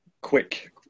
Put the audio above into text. quick